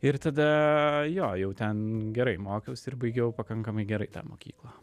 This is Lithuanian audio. ir tada jo jau ten gerai mokiausi ir baigiau pakankamai gerai tą mokyklą